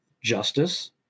justice